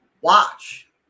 watch